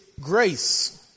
grace